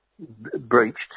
Breached